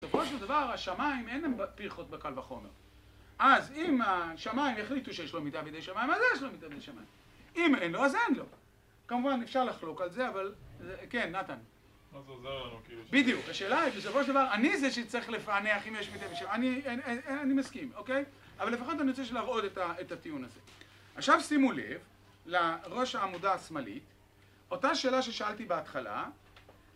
בסופו של דבר השמיים אין להם פריחות בקל וחומר אז אם השמיים יחליטו שיש לו מידע בידי שמיים אז יש לו מידע בידי שמיים אם אין לו, אז אין לו כמובן אפשר לחלוק על זה, אבל... כן, נתן מה זה עוזר לנו? בדיוק, השאלה היא בסופו של דבר אני זה שצריך לפענח אם יש מידע בידי שמיים אני מסכים, אוקיי? אבל לפחות אני רוצה להראות את הטיעון הזה עכשיו שימו לב, לראש העמודה השמאלית אותה שאלה ששאלתי בהתחלה